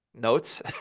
Notes